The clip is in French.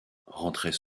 rentrait